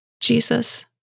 Jesus